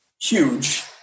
huge